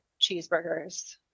cheeseburgers